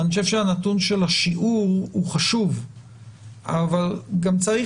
ואני חושב שנתון השיעור חשוב אבל גם צריך